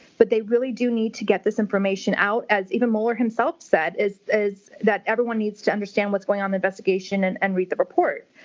but they really do need to get this information out, as even mueller himself said, is that everyone needs to understand what's going on the investigation and and read the report,